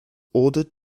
ordered